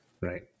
Right